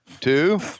two